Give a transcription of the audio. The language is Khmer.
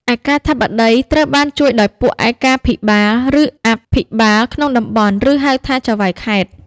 ឯកាធិបតីត្រូវបានជួយដោយពួកឯកាភិបាល ឬអភិបាលក្នុងតំបន់ ឬ ហៅថា ចៅហ្វាយខេត្ត។